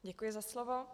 Děkuji za slovo.